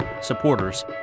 supporters